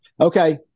Okay